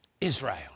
Israel